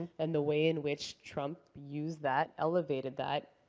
and the way in which trump used that, elevated that,